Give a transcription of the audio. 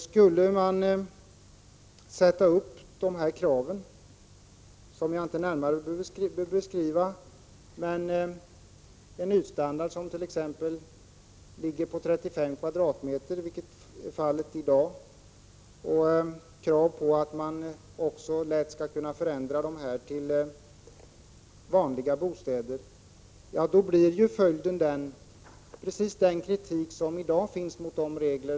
Skulle man höja kraven, vilka jag inte behöver beskriva närmare — det gäller t.ex. ytan som i dag skall vara 35 m? och kraven på att sådana här bostäder lätt skall kunna omvandlas till vanliga bostäder — ja, då kommer det att bli kritik, precis som det i dag riktas kritik mot gällande regler.